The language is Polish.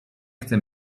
chce